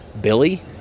Billy